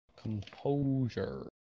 Composure